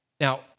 Now